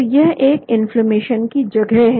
तो यह एक इन्फ्लेमेशन की जगह है